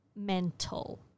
Mental